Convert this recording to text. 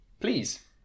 Please